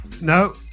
No